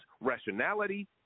rationality